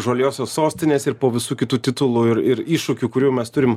žaliosios sostinės ir po visų kitų titulų ir ir iššūkių kurių mes turim